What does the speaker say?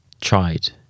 tried